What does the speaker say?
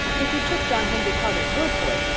if you took john henry carter's word for it,